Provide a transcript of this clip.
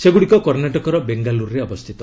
ସେଗୁଡ଼ିକ କର୍ଣ୍ଣାଟକର ବେଙ୍ଗାଲୁରୁରେ ଅବସ୍ଥିତ